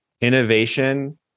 innovation